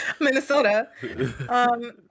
Minnesota